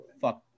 Fuck